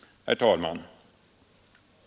Herr talman!